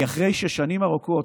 אחרי ששנים ארוכות,